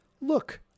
look